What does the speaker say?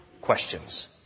questions